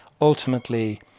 Ultimately